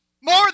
More